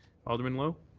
alderman lowe.